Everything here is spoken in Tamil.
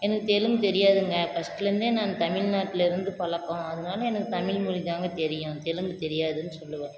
எனக்கு தெலுங்கு தெரியாதுங்க ஃபஸ்ட்லேருந்தே நான் தமிழ்நாட்ல இருந்து பழக்கம் அதனால எனக்கு தமிழ் மொழி தான்ங்க தெரியும் தெலுங்கு தெரியாதுன்னு சொல்வேன்